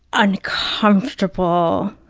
uncomfortable,